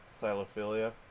Silophilia